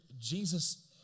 Jesus